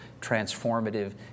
transformative